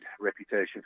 reputation